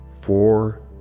four